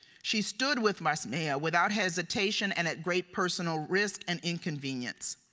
she stood with rasmea without hesitation and at great personal risk and inconvenience.